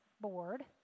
board